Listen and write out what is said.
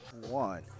one